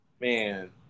Man